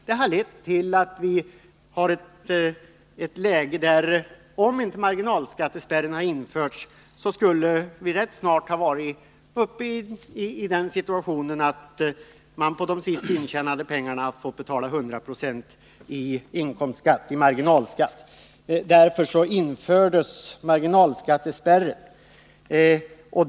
Detta har lett till en situation där vi, om inte marginalskattespärren hade införts, rätt snart skulle ha varit framme vid att man på de senäåst intjänade pengarna fått betala 100 20 i marginalskatt. Därför infördes marginalskattespärren.